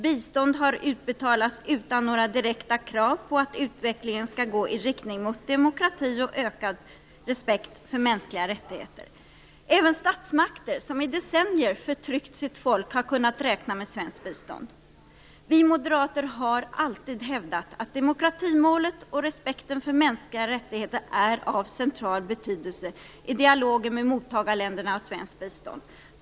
Bistånd har utbetalats utan några direkta krav på att utvecklingen skall gå i riktning mot demokrati och ökad respekt för mänskliga rättigheter. Även statsmakter som i decennier förtryckt sina folk har kunnat räkna med svenskt bistånd. Vi moderater har alltid hävdat att demokratimålet och respekten för mänskliga rättigheter är av central betydelse i dialogen med de länder som mottar svenskt bistånd.